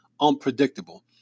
unpredictable